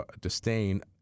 disdain